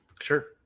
Sure